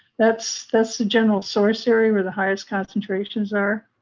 that's that's the general source area where the highest concentrations are.